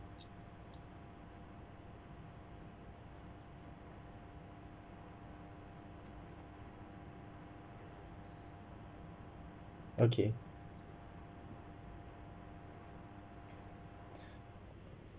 okay